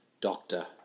doctor